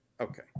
Okay